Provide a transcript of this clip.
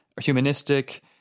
humanistic